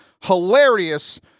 hilarious